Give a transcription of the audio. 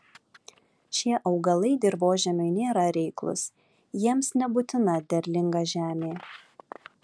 šie augalai dirvožemiui nėra reiklūs jiems nebūtina derlinga žemė